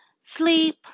sleep